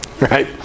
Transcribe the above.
right